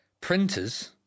Printers